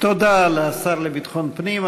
תודה לשר לביטחון פנים.